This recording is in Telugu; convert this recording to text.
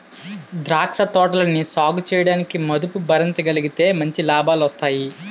ద్రాక్ష తోటలని సాగుచేయడానికి మదుపు భరించగలిగితే మంచి లాభాలొస్తాయి